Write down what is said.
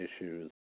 issues